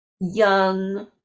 young